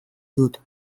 dut